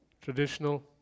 traditional